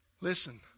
listen